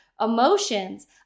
emotions